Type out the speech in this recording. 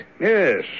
Yes